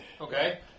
Okay